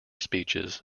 speeches